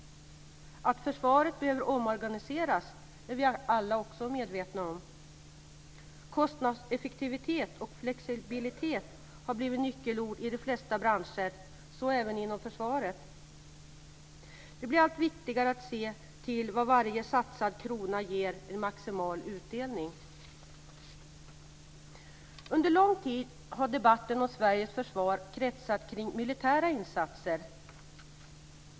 Att försvaret behöver omorganiseras är vi också alla medvetna om. Kostnadseffektivitet och flexibilitet har blivit nyckelord i de flesta branscher, så även inom försvaret. Det blir allt viktigare att se på vad varje satsad krona ger i maximal utdelning. Under lång tid har debatten om Sveriges försvar kretsat kring militära insatser.